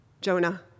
Jonah